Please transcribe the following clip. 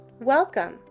Welcome